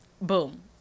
boom